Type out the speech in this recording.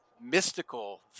mystical